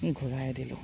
ঘূৰাই দিলোঁ